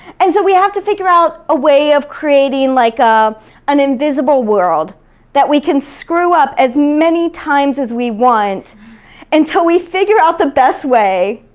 and so we have to figure out a way of creating like ah an invisible world that we can screw up as many times as we want until we figure out the best way